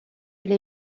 l’ai